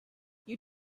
you